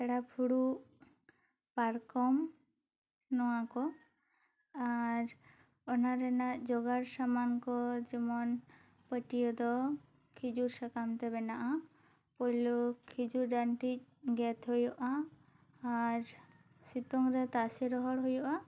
ᱯᱟᱛᱲᱟ ᱯᱷᱩᱲᱩᱵ ᱯᱟᱨᱠᱚᱢ ᱱᱚᱣᱟ ᱠᱚ ᱟᱨ ᱚᱱᱟ ᱨᱮᱱᱟᱜ ᱡᱚᱜᱟᱲ ᱥᱟᱢᱟᱱ ᱠᱚ ᱡᱮᱢᱚᱱ ᱯᱟᱹᱴᱤᱭᱟᱹ ᱫᱚ ᱠᱷᱤᱡᱩᱨ ᱥᱟᱠᱟᱢ ᱛᱮ ᱵᱮᱱᱟᱜᱼᱟ ᱯᱩᱭᱞᱩ ᱠᱷᱤᱡᱩᱨ ᱨᱮᱱᱴᱤᱡ ᱜᱮᱫ ᱦᱩᱭᱩᱜᱼᱟ ᱟᱨ ᱥᱤᱛᱩᱝ ᱨᱮ ᱛᱟᱥᱮ ᱨᱚᱦᱚᱲ ᱦᱩᱭᱩᱜᱼᱟ